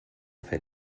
fer